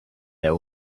their